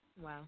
Wow